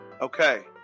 Okay